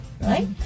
Right